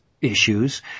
issues